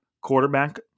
quarterback